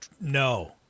no